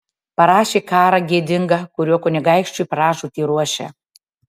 parašė karą gėdingą kuriuo kunigaikščiui pražūtį ruošia